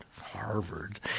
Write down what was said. Harvard